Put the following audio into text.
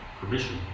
permission